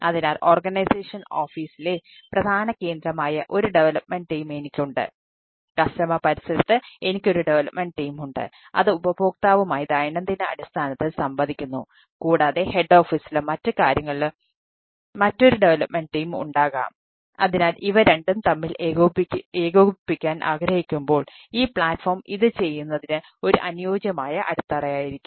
അതിനാൽ ഒരു ഡെവലപ്മെൻറ് ഇത് ചെയ്യുന്നതിന് ഒരു അനുയോജ്യമായ അടിത്തറയായിരിക്കും